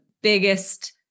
biggest